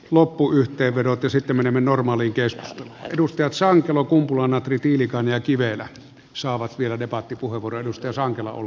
loppuyhteenvedot ja sitten menemme normaalikesää edustajansa on jalo kumpula natri tiilikainen kivelä saavat vielä ripatti puhe uranus ja saan arvoisa puhemies